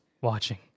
watching